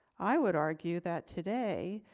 i would argue that today,